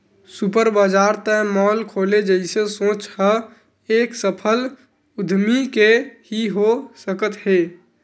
super बजार ते mall खोले जइसे सोच ह एक सफल उद्यमी के ही हो सकत हे